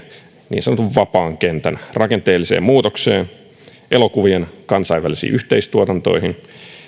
niin sanotun vapaan kentän rakenteelliseen muutokseen elokuvien kansainvälisiin yhteistuotantoihin